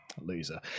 Loser